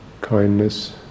kindness